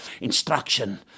instruction